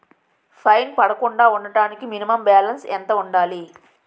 Fine పడకుండా ఉండటానికి minimum balance ఎంత ఉండాలి?